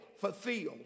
fulfilled